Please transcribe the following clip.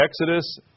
Exodus